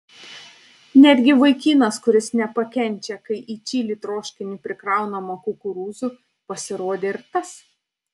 netgi vaikinas kuris nepakenčia kai į čili troškinį prikraunama kukurūzų pasirodė ir tas